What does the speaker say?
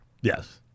Yes